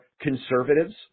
conservatives